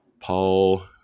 Paul